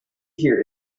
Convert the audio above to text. here